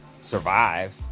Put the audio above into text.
survive